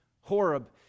Horeb